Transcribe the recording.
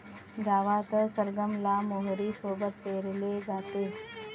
गावात सरगम ला मोहरी सोबत पेरले जाते